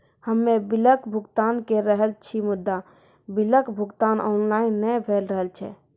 हम्मे बिलक भुगतान के रहल छी मुदा, बिलक भुगतान ऑनलाइन नै भऽ रहल छै?